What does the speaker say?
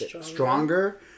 stronger